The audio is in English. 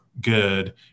good